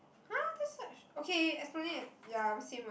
!huh! just search okay esplanade ya same lah